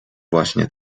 właśnie